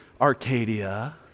Arcadia